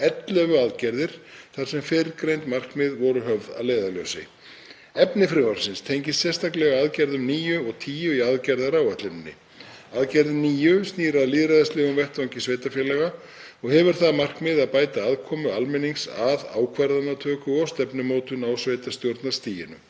11 aðgerðir þar sem fyrrgreind markmið voru höfð að leiðarljósi. Efni frumvarpsins tengist sérstaklega aðgerðum níu og tíu í aðgerðaáætluninni. Aðgerð níu snýr að lýðræðislegum vettvangi sveitarfélaga og hefur það að markmiði að bæta aðkomu almennings að ákvarðanatöku og stefnumótun á sveitarstjórnarstiginu.